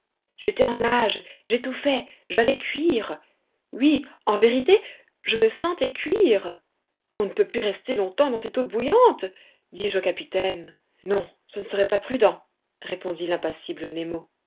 j'étais en nage j'étouffais j'allais cuire oui en vérité je me sentais cuire on ne peut rester plus longtemps dans cette eau bouillante dis-je au capitaine non ce ne serait pas prudent répondit l'impassible nemo